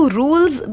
rules